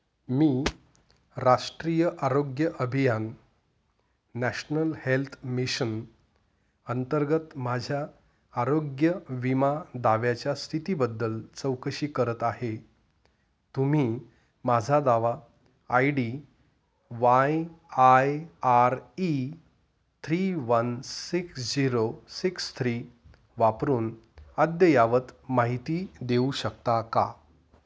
मी राष्ट्रीय आरोग्य अभियान नॅशनल हेल्थ मिशन अंतर्गत माझ्या आरोग्य विमा दाव्याच्या स्थितीबद्दल चौकशी करत आहे तुम्ही माझा दावा I D Y I R E three one six zero six three वापरून अद्ययावत माहिती देऊ शकता का